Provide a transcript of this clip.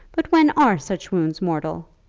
but when are such wounds mortal?